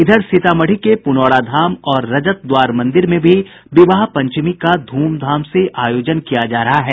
इधर सीतामढ़ी के पूनौराधाम और रजत द्वार मंदिर में भी विवाह पंचमी का ध्मधाम से आयोजन किया जा रहा है